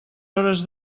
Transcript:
hores